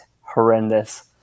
horrendous